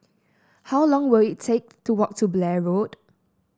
how long will it take to walk to Blair Road